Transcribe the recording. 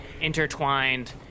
intertwined